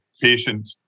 patient